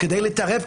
כדי להתערב,